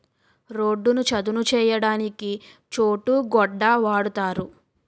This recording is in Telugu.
రోడ్డును చదును చేయడానికి చోటు గొడ్డ వాడుతారు